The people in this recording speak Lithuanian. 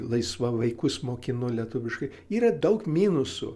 laisva vaikus mokino lietuviškai yra daug minusų